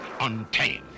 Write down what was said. untamed